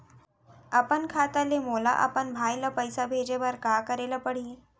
अपन खाता ले मोला अपन भाई ल पइसा भेजे बर का करे ल परही?